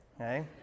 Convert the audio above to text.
okay